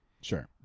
Sure